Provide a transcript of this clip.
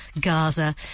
Gaza